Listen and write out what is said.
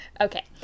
Okay